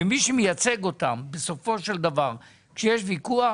ומי שמייצג אותם בסופו של דבר כשיש ויכוח